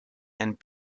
and